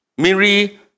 Mary